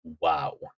wow